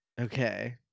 okay